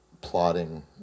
plotting